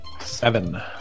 Seven